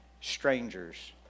strangers